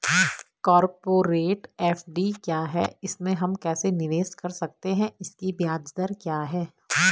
Corporate FD क्या है इसमें हम कैसे निवेश कर सकते हैं इसकी ब्याज दर क्या है?